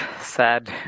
sad